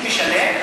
מי משלם?